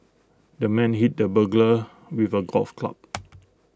the man hit the burglar with A golf club